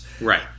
right